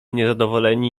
niezadowoleni